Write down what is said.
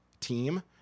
team